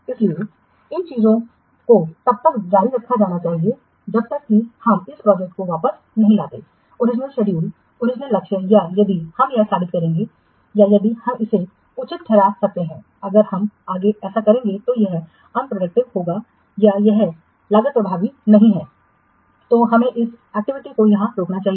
इसलिए इन चीजों को तब तक जारी रखा जाना चाहिए जब तक कि हम इस प्रोजेक्ट को वापस नहीं लाते हैं ओरिजिनल शेड्यूल ओरिजिनल लक्ष्य या यदि हम यह साबित करेंगे या यदि हम इसे उचित ठहरा सकते हैं अगर हम आगे ऐसा करेंगे तो यह अनप्रॉडक्टिव होगा या यह लागत प्रभावी नहीं है तो हमें इस एक्टिविटी को यहाँ रोकना चाहिए